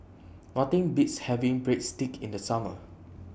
Nothing Beats having Breadsticks in The Summer